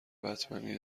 بتمنی